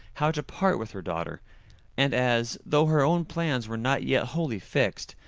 how to part with her daughter and as, though her own plans were not yet wholly fixed,